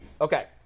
Okay